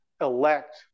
elect